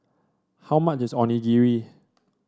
how much is Onigiri